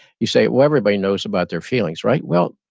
you say, well, everybody knows about their feelings, right? well,